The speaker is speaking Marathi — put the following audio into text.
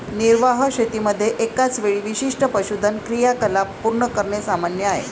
निर्वाह शेतीमध्ये एकाच वेळी विशिष्ट पशुधन क्रियाकलाप पूर्ण करणे सामान्य आहे